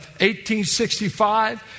1865